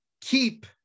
keep